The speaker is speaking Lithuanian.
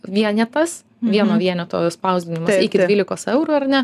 vienetas vieno vieneto spausdinimas iki dvylikos eurų ar ne